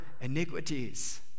iniquities